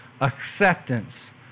acceptance